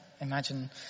imagine